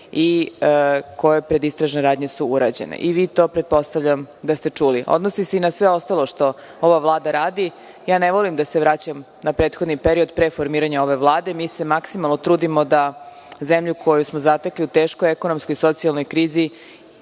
i koje predistražne radnje su urađene. Pretpostavljam da ste i vi to čuli. Odnosi se ovo i na sve ostalo što ova Vlada radi. Ne volim da se vraćam na prethodni period pre formiranja ove Vlade. Mi se maksimalno trudimo da zemlju koju smo zatekli u teškoj ekonomskoj, socijalnoj krizi